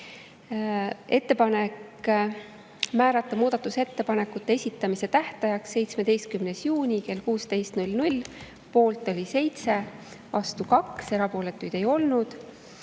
määrata muudatusettepanekute esitamise tähtajaks 17. juuni kell 16, poolt oli 7, vastu 2, erapooletuid ei olnud.